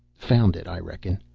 found it, i reckon.